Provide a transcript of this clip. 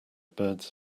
birds